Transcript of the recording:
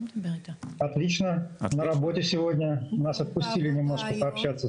(דבריו מתורגמים מרוסית ע"י אווה אביטבול) אני בעבודה היום.